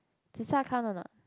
Zi-char count a not